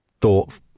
thought